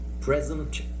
present